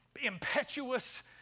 impetuous